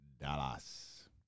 Dallas